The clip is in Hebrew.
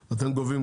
כמה אתם גובים?